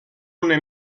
una